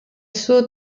suo